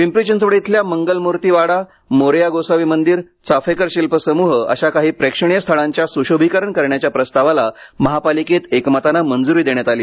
पिंपरी चिंचवड इथल्या मंगलम्रर्ती वाडा मोरया गोसावी मंदिर चाफेकर शिल्प सम्रह अशा काही प्रेक्षणीय स्थळांच्या स्शोभीकरण करण्याच्या प्रस्तावाला महापालिकेत एकमताने मंजुरी देण्यात आली